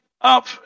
up